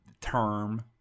term